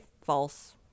false